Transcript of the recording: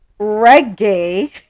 reggae